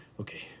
Okay